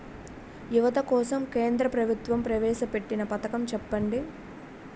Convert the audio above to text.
యువత కోసం కేంద్ర ప్రభుత్వం ప్రవేశ పెట్టిన పథకం చెప్పండి?